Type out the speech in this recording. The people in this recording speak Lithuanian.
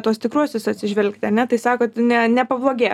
tuos tikruosius atsižvelgt ane tai sakot ne nepablogėjo